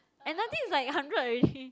and ninety is like hundred already